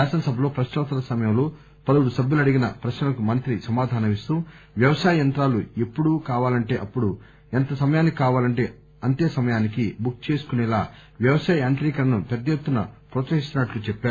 శాసనసభలో ప్రక్నోత్తరాల సమయంలో పలువురు సభ్యులు అడిగిన ప్రక్పలకు మంత్రి సమాధానం ఇస్తూ వ్యవసాయ యంత్రాలు ఎప్పుడు కావాలంటే అప్పుడు ఎంత సమాయానికి కావాలంటే అంతే సమయానికి బుక్ చేసుకునేలా వ్యవసాయ యంత్రీకరణను పెద్ద ఎత్తున ప్రోత్సహిస్తున్నట్లు చెప్పారు